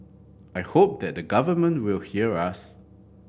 I hope that the government will hear us